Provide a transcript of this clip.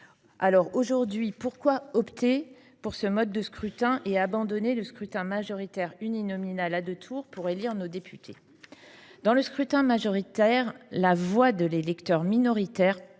opter aujourd’hui pour ce mode de scrutin et abandonner le scrutin majoritaire uninominal à deux tours pour élire nos députés ? Bonne question ! Dans le scrutin majoritaire, la voix de l’électeur minoritaire